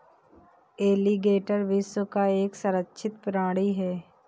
alligator विश्व का एक संरक्षित प्राणी है